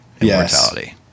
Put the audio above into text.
immortality